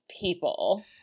people